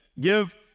give